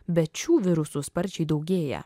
bet šių virusų sparčiai daugėja